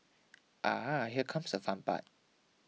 Ah here comes the fun part